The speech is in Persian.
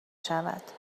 شود